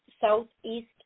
southeast